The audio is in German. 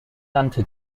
nannte